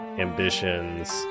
ambitions